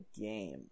game